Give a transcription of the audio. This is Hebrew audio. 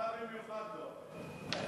אתה במיוחד לא.